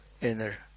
inner